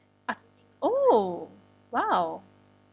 ah oh !wow!